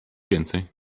więcej